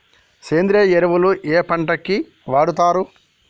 సేంద్రీయ ఎరువులు ఏ పంట కి వాడుతరు?